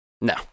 No